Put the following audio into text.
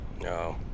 no